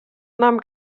nahm